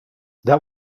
that